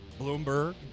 Bloomberg